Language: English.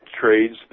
trades